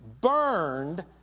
Burned